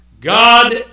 God